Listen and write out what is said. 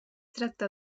tracta